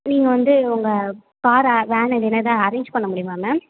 நீங்கள் வந்து உங்கள் காரை வேன் இது எதாவது அரேஞ்ச் பண்ண முடியுமா மேம்